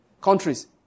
countries